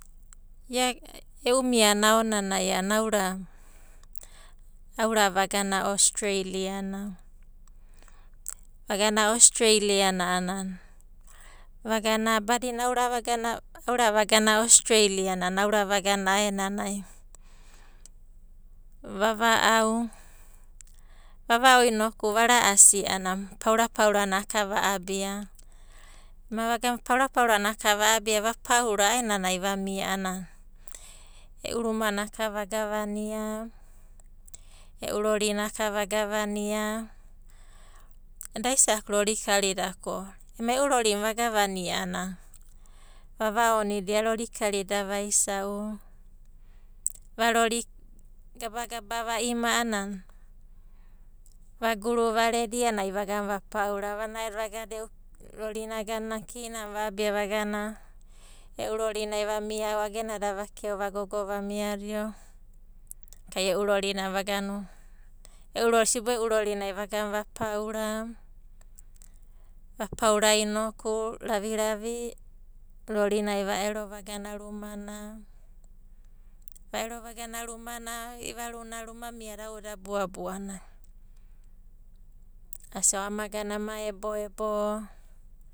Ia e'u miana aonanai a'ana aura vagana ostreiliana. Vagana ostreiliana a'anan vagana badina aura vagana aura a'aenanai vava'au. Vava'au inoku a'anan pauru paurana ka va'abia. Ema vagan varaasi a'anan paurana ka va'abia vapaura a'aenanai vamia a'ana e'u rumana ka vagavania, e'u rorina kai vagavania. Daisa'aku rori karida ko ema e'u rorina vagavania, a'ana vavaonidia rori karida rorina eda vaisa'u, va rori, Gabagaba vaima a'anana, eda vaguru, varedi a'anai vagan vapaura. Vana'edo vagana e'u rorina kinana va'abia vagana e'u rorinai vamia, agenada vakeo vagogo vamiadio inokai e'u rorina e'u rori, sibo e'u rorinai vagan vapaura, vapaura inoku, raviravi rorinai va ero vagana rumana, Va ero vagana rumana, i'ivaruna ruma miada ao'uda eda buabua a'anai asia amagana ama ebo ebo